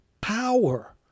power